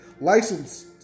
license